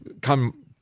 come